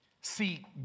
See